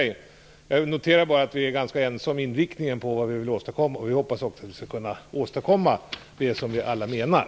Jag noterar dock att vi är ganska ense om inriktningen beträffande vad vi vill åstadkomma och hoppas att vi skall kunna åstadkomma vad vi alla avser.